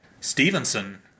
Stevenson